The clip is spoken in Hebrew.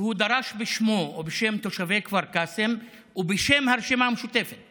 והוא דרש בשמו ובשם תושבי כפר קאסם ובשם הרשימה המשותפת